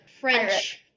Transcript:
French